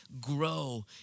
grow